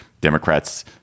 Democrats